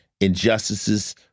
injustices